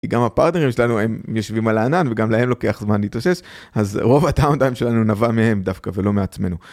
גם הפארטנרים שלנו הם יושבים על הענן וגם להם לוקח זמן להתאושש אז רוב הדאונטיים שלנו נבע מהם דווקא ולא מעצמנו.